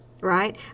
right